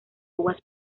uvas